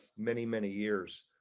many many years